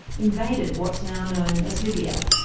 invaded what's now known as libya.